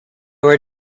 were